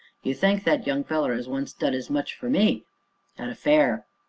you thank that young feller as once done as much for me at a fair.